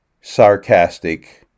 sarcastic